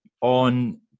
on